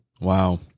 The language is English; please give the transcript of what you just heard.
Wow